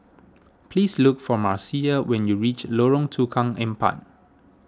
please look for Marcia when you reach Lorong Tukang Empat